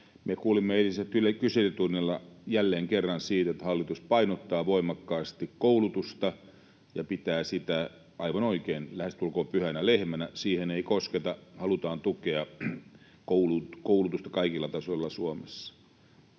Me kuulimme eilisellä kyselytunnilla jälleen kerran siitä, että hallitus painottaa voimakkaasti koulutusta ja pitää sitä — aivan oikein — lähestulkoon pyhänä lehmänä, että siihen ei kosketa, halutaan tukea koulutusta kaikilla tasoilla Suomessa.